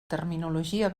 terminologia